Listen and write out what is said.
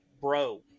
Bro